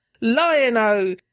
Lion-O